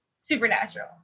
Supernatural